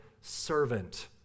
servant